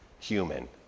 human